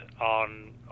on